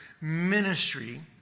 ministry